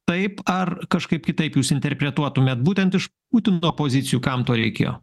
taip ar kažkaip kitaip jūs interpretuotumėt būtent iš putino pozicijų kam to reikėjo